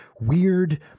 weird